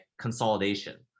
consolidation